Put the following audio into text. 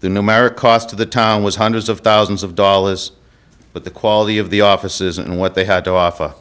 the numeric cost of the town was hundreds of thousands of dollars but the quality of the offices and what they had to offer